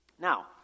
Now